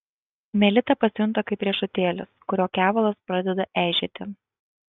melita pasijunta kaip riešutėlis kurio kevalas pradeda eižėti